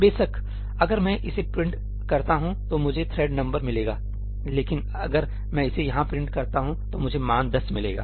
बेशक अगर मैं इसे यहाँ प्रिंट करता हूँ तो मुझे थ्रेड नंबर मिलेगालेकिन अगर मैं इसे यहाँ पर प्रिंट करता हूँ तो मुझे मान 10 मिलेगा